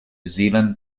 zealand